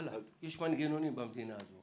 יש מנגנונים במדינה הזו.